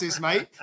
mate